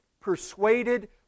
persuaded